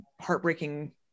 heartbreaking